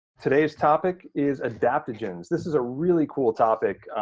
today's topic is adaptogens. this is a really cool topic.